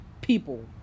people